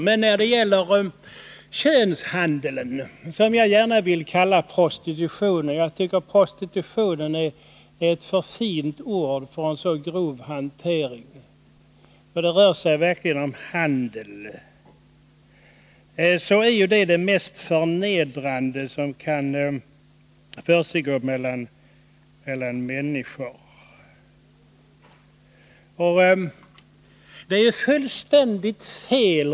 Men könshandeln — som jag gärna vill kalla prostitutionen för; jag tycker att prostitution är ett alldeles för fint ord för en så grov hantering, eftersom det verkligen rör sig om människohandel — är ju den mest förnedrande handel som kan försiggå mellan människor.